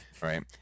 Right